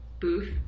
booth